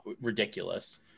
ridiculous